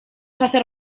hacer